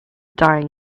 dying